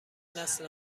نسل